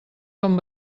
com